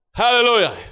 hallelujah